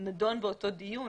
נדון באותו דיון.